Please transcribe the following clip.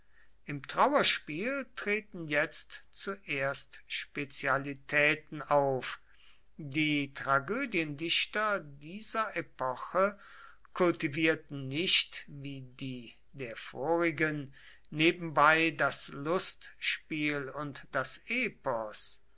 im trauerspiel treten jetzt zuerst spezialitäten auf die tragödiendichter dieser epoche kultivierten nicht wie die der vorigen nebenbei das lustspiel und das epos